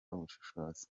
ubushishozi